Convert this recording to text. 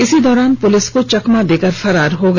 इसी दौरान पुलिस को चकमा देकर वह फरार हो गया